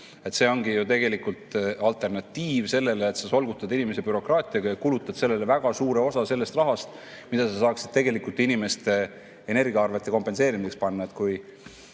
See ongi ju tegelikult alternatiiv sellele, et sa solgutad inimesi bürokraatiaga ja kulutad sellele väga suure osa sellest rahast, mida sa saaksid tegelikult inimeste energiaarvete kompenseerimiseks panna. Kui